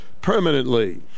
permanently